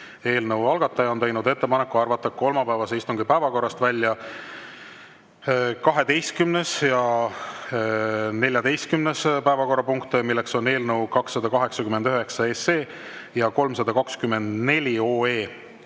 Eelnõu algataja on teinud ettepaneku arvata kolmapäevase istungi päevakorrast välja 12. ja 14. päevakorrapunkt, milleks on eelnõu 289 ja 324